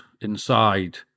inside